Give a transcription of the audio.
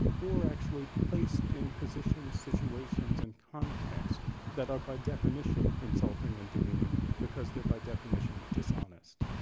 or actually placed in positions, situations, and contexts that are by definition insulting and demeaning because they're by definition dishonest.